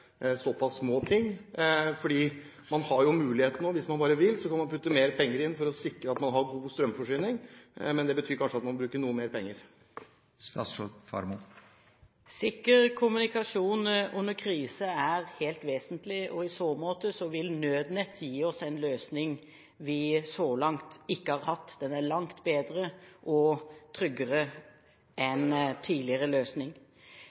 såpass små ting? Man har muligheten nå. Hvis man bare vil, kan man putte mer penger inn for å sikre at man har god strømforsyning. Men det betyr altså at man kanskje må bruke noe mer penger. Sikker kommunikasjon under krise er helt vesentlig, og i så måte vil Nødnett gi oss en løsning vi så langt ikke har hatt. Den er langt bedre og tryggere enn tidligere løsning.